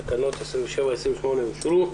תקנות 27 ו-28 אושרו.